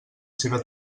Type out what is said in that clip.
seva